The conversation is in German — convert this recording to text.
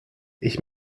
ich